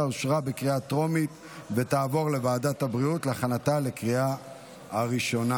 אושרה בקריאה טרומית ותעבור לוועדת הבריאות להכנתה לקריאה הראשונה.